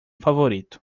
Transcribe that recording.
favorito